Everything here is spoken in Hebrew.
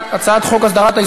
אני מוותר.